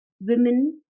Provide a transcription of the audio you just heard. women